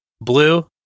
Blue